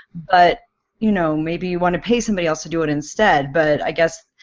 but you know maybe you want to pay somebody else to do it instead? but i guess